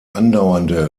andauernde